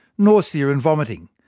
nausea and vomiting,